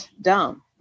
dumb